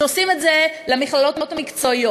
כשעושים את זה למכללות המקצועיות,